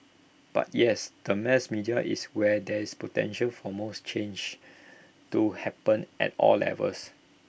but yes the mass media is where there is potential for most change to happen at all levels